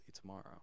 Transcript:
tomorrow